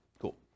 Cool